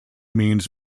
means